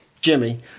Jimmy